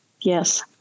Yes